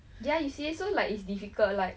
ya you see so like it's difficult like